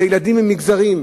אלה ילדים ממגזרים,